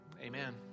Amen